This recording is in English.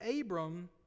Abram